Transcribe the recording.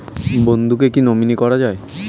বন্ধুকে কী নমিনি করা যায়?